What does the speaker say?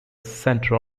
center